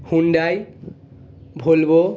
Hyundai Volvo